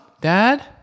dad